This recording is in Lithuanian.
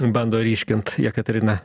bando ryškint jekaterina